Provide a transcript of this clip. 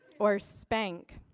or spank?